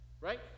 Right